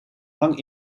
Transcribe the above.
lang